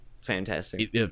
fantastic